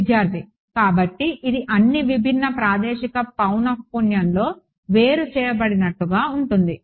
విద్యార్థి కాబట్టి ఇది అన్ని విభిన్న ప్రాదేశిక పౌనఃపున్యంలో వేరు చేయబడినట్లుగా ఉంటుంది